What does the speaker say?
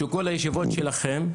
שכל הישיבות שלכם,